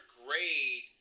grade